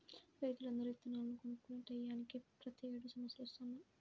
రైతులందరూ ఇత్తనాలను కొనుక్కునే టైయ్యానినే ప్రతేడు సమస్యలొత్తన్నయ్